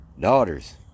daughters